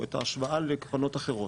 את ההשוואה לקרנות אחרות,